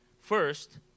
first